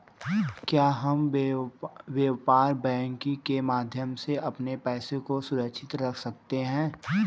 क्या हम व्यापार बैंकिंग के माध्यम से अपने पैसे को सुरक्षित कर सकते हैं?